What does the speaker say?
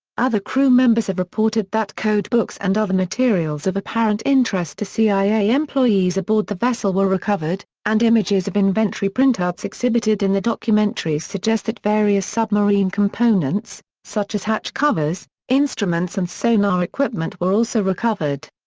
other crew members have reported that code books and other materials of apparent interest to cia employees aboard the vessel were recovered, and images of inventory printouts exhibited in the documentary suggest that various submarine components, such as hatch covers, instruments and sonar equipment were also recovered.